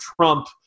Trump